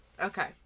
okay